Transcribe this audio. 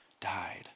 died